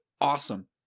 awesome